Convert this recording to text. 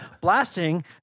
Blasting